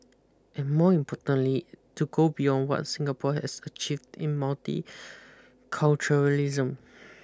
and more importantly to go beyond what Singapore has achieved in multiculturalism